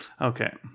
Okay